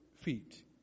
feet